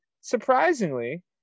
surprisingly